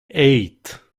eight